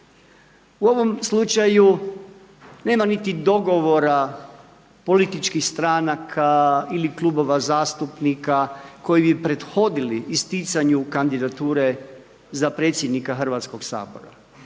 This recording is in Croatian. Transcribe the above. U ovom slučaju nema niti dogovora političkih stranaka ili klubova zastupnika koji bi prethodili isticanju kandidature za predsjednika Hrvatskoga sabora